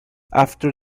after